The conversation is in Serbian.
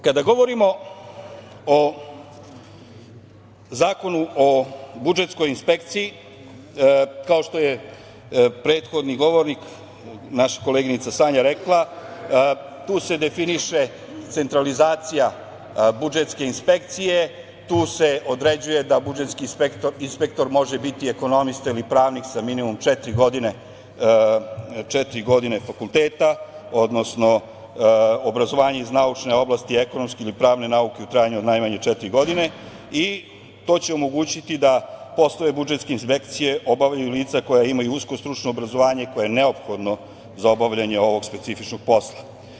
Kada govorimo o Zakonu o budžetskoj inspekciji, kao što je prethodni govornik, naša koleginica Sanja rekla, tu se definiše centralizacija budžetske inspekcije, tu se određuje da budžetski inspektor može biti ekonomista ili pravnik sa minimum četiri godine fakulteta, odnosno obrazovanja iz naučne oblasti ekonomske ili pravne nauke u trajanju od najmanje četiri godine i to će omogućiti da poslovi budžetske inspekcije obavljaju lica koja imaju usko stručno obrazovanje koje je neophodno za obavljanje ovog specifičnog posla.